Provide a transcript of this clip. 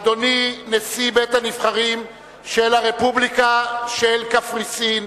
אדוני נשיא בית-הנבחרים של הרפובליקה של קפריסין,